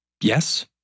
Yes